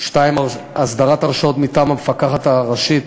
2. הסדרת הרשאות מטעם המפקחת הראשית